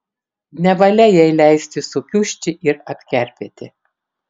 nevalia jai leisti sukiužti ir apkerpėti